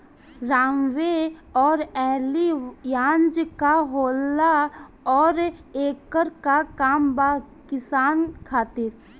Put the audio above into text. रोम्वे आउर एलियान्ज का होला आउरएकर का काम बा किसान खातिर?